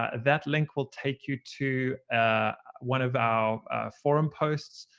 ah that link will take you to one of our forum posts,